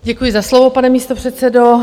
Děkuji za slovo, pane místopředsedo.